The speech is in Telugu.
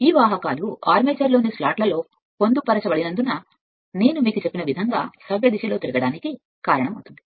ఈ వాహకాలు ఆర్మేచర్లోని స్లాట్లలో పొందుపరచబడినందున రెండోది నేను మీకు చెప్పినదానిని సవ్యదిశలో తిప్పడానికి కారణమవుతుంది